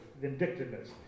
vindictiveness